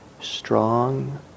strong